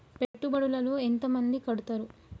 పెట్టుబడుల లో ఎంత మంది కడుతరు?